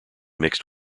mixed